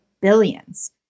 billions